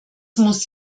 muss